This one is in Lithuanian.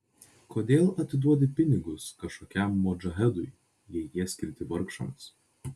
kodėl atiduodi pinigus kažkokiam modžahedui jei jie skirti vargšams